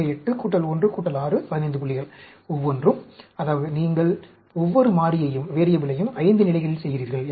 எனவே 8 1 6 15 புள்ளிகள் ஒவ்வொன்றும் அதாவது நீங்கள் ஒவ்வொரு மாறியையும் 5 நிலைகளில் செய்கிறீர்கள்